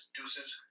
Deuces